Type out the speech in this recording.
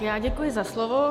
Já děkuji za slovo.